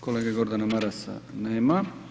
Kolege Gordana Marasa nema.